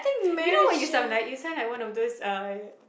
you know what you sound like you sound like one of those uh